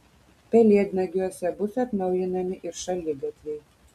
pelėdnagiuose bus atnaujinami ir šaligatviai